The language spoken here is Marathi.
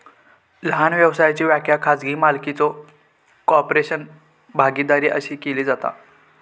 लहान व्यवसायाची व्याख्या खाजगी मालकीचो कॉर्पोरेशन, भागीदारी अशी केली जाता